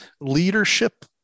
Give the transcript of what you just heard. Leadership